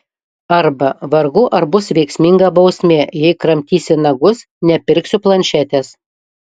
arba vargu ar bus veiksminga bausmė jei kramtysi nagus nepirksiu planšetės